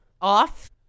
off